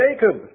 Jacob